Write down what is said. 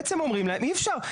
בעצם אומרים להם שאי אפשר.